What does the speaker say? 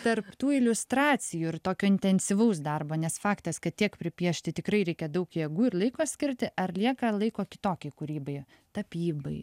tarp tų iliustracijų ir tokio intensyvaus darbo nes faktas kad tiek pripiešti tikrai reikia daug jėgų ir laiko skirti ar lieka laiko kitokiai kūrybai tapybai